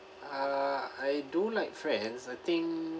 uh I do like friends I think